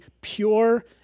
pure